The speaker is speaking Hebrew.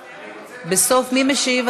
בסוף מי משיב?